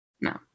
No